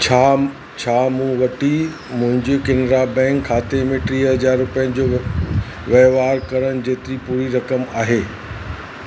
छा छा मूं वटि मुंहिंजे किनिरा बैंक खाते में टीह हज़ार रुपयनि जो वहिंवार करणु जेतिरी पूरी रक़म आहे